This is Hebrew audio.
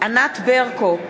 ענת ברקו,